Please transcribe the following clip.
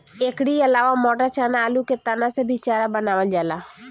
एकरी अलावा मटर, चना, आलू के तना से भी चारा बनावल जाला